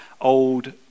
old